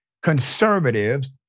conservatives